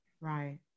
Right